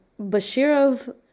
Bashirov